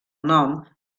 nom